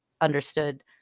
understood